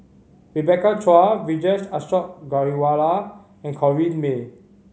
Rebecca Chua Vijesh Ashok Ghariwala and Corrinne May